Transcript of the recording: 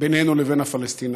בינינו לבין הפלסטינים.